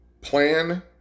plan